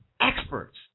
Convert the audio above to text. experts